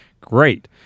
Great